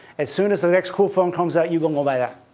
as soon as the next cool phone comes out, you're gonna go buy that,